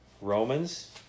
Romans